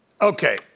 Okay